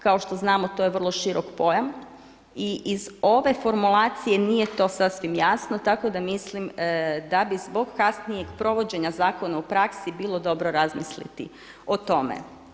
Kao što znamo to je vrlo širok pojam i iz ove formulacije nije to sasvim jasno tako da mislim da bi zbog kasnijeg provođenja zakona u praksi bilo dobro razmisliti o tome.